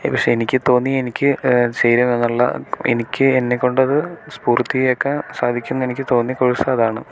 പക്ഷേ എനിക്ക് തോന്നി എനിക്ക് ചേരുന്നതിനുള്ള എനിക്ക് എന്നെക്കൊണ്ടത് പൂർത്തിയാക്കാൻ സാധിക്കും എന്ന് എനിക്ക് തോന്നിയ കോഴ്സ് അതാണ്